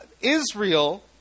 Israel